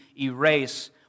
erase